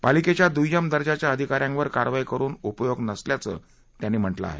पालिकेच्या द्य्यम दर्जाच्या अधिकाऱयांवर कारवाई करून उपयो नसल्याचे त्यांनी म्हटले आहे